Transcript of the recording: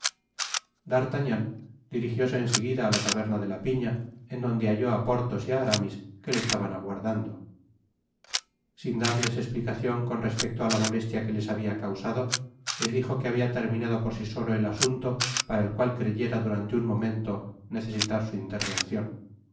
d'artagnan dirigióse eu seguida á la taberna de la piña en donde halló á porthos y á aramis que le estaban aguardando sin darles esplicacion con respecto á la molestia que les habia causado les dijo que habia terminado por si solo el asunto para el cual creyera durante un momento necesitar su intervencion